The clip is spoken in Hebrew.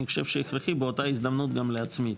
אני חושב שהכרחי גם באותה הזדמנות גם להצמיד,